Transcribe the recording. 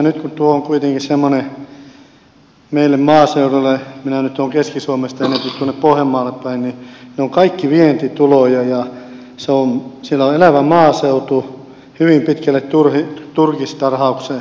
nyt kun tuo on kuitenkin semmoinen asia meille maaseudulla minä nyt olen keski suomesta enempi tuonne pohjanmaalle päin että ne ovat kaikki vientituloja ja siellä on elävä maaseutu hyvin pitkälle turkistarhauksen takia